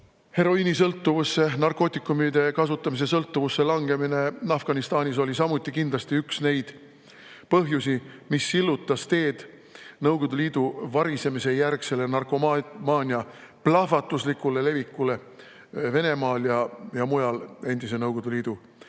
heroiinisõltuvusse, narkootikumide kasutamise sõltuvusse langemine Afganistanis oli samuti kindlasti üks neid põhjusi, mis sillutas teed Nõukogude Liidu kokkuvarisemise järgsele narkomaania plahvatuslikule levikule Venemaal ja mujal endise Nõukogude